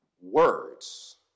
Words